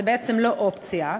זו בעצם לא אופציה.